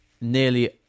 nearly